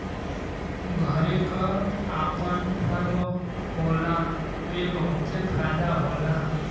घरे क आपन फर्म होला पे बहुते फायदा होला